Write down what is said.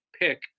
pick